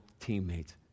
teammates